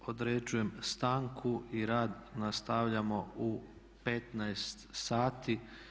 Određujem stanku i rad nastavljamo u 15 sati.